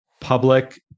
public